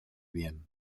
bien